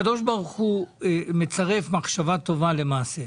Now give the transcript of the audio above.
הקב"ה מצרף מחשבה טובה למעשה.